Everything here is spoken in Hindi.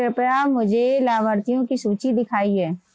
कृपया मुझे लाभार्थियों की सूची दिखाइए